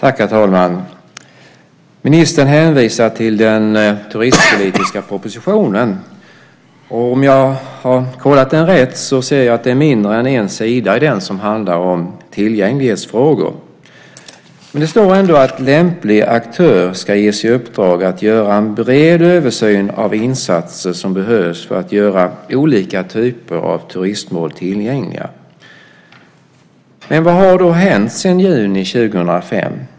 Herr talman! Ministern hänvisar till den turistpolitiska propositionen. Om jag har läst den rätt ser jag att det är mindre än en sida i den som handlar om tillgänglighetsfrågor. Men det står ändå: lämplig aktör ska ges i uppdrag att göra en bred översyn av insatser som behövs för att göra olika typer av turistmål tillgängliga. Vad har då hänt sedan juni 2005?